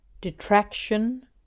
detraction